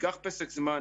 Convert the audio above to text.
ניקח פסק זמן,